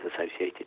associated